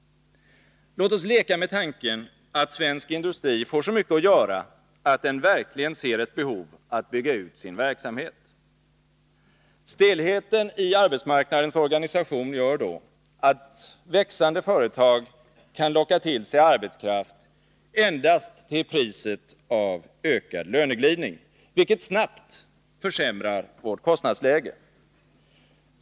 Låt oss leka med tanken att svensk industri får så mycket att göra att den verkligen ser ett behov att bygga ut sin verksamhet. Stelheten i arbetsmarknadens organisation gör då att växande företag kan locka till sig arbetskraft endast till priset av ökad löneglidning, vilket snabbt försämrar vårt kostnadsläge.